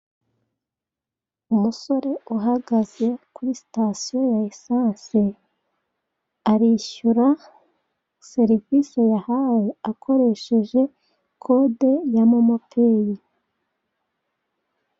Umusore uhagaze kuri sitasiyo ya esanse arishyura serivise yahawe akoresheje kode ya momo peyi.